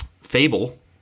Fable